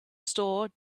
store